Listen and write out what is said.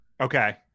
Okay